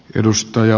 edustaja